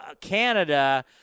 Canada